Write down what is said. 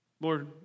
Lord